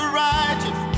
righteous